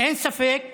אין ספק